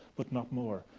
but not more.